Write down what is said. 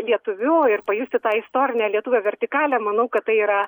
lietuviu ir pajusti tą istorinę lietuvio vertikalę manau kad tai yra